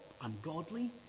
ungodly